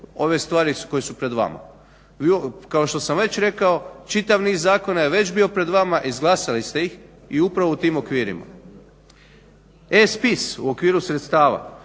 ove stvari koje su pred vama. Kao što sam već rekao, čitav niz zakona je već bio pred vama, izglasali ste ih i upravo u tim okvirima. E-spis u okviru sredstava,